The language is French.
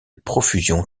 profusion